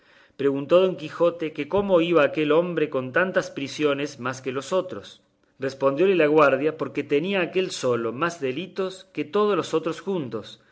preguntó don quijote que cómo iba aquel hombre con tantas prisiones más que los otros respondióle la guarda porque tenía aquel solo más delitos que todos los otros juntos